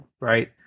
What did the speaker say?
right